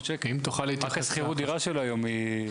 שצריכים שכירות דירה של היום היא,